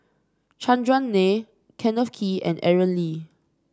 Chandran Nair Kenneth Kee and Aaron Lee